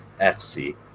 FC